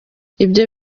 ibyo